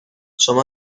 شما